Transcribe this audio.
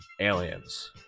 aliens